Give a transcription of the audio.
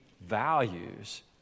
values